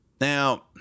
Now